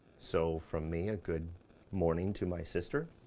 so from me a good morning to my sister.